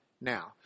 now